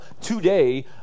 today